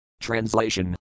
Translation